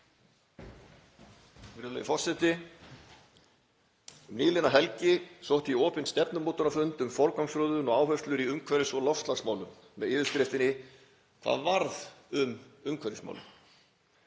Virðulegur forseti. Nýliðna helgi sótti ég opinn stefnumótunarfund um forgangsröðun og áherslur í umhverfis- og loftslagsmálum með yfirskriftinni: Hvað varð um umhverfismálin?